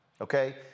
Okay